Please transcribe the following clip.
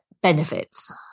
benefits